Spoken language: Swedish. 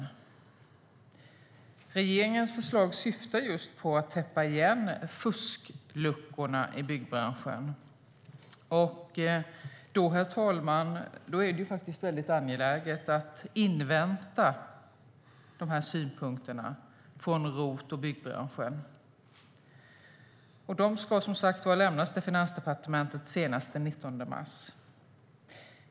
Regeringens förslag syftar just till att täppa igen fuskluckorna i byggbranschen. Då, herr talman, är det angeläget att invänta synpunkterna från ROT och byggbranschen. Dessa ska som sagt lämnas till Finansdepartementet senast den 19 mars.